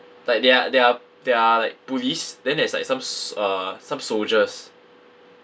like they're they're they're like police then there's like some s~ uh some soldiers